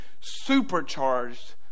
supercharged